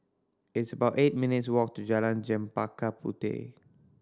it's about eight minutes' walk to Jalan Chempaka Puteh